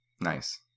Nice